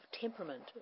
temperament